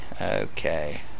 Okay